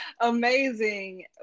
amazing